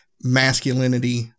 masculinity